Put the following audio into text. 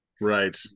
right